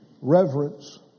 Reverence